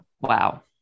Wow